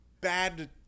bad